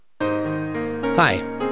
Hi